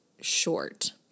short